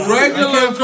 regular